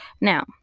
now